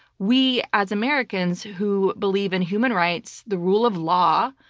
we as americans who believe in human rights, the rule of law,